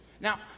Now